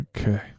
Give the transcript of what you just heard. okay